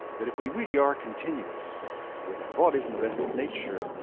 that if we really are continuous with our bodies and the rest of nature,